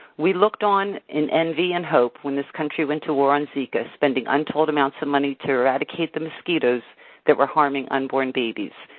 we looked on in envy and hope when this country went to war on zika, spending untold amounts of money to eradicate the mosquitoes that were harming unborn babies.